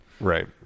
Right